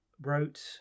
wrote